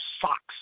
socks